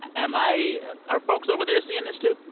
am i are folks over there are seeing this, too?